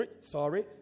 sorry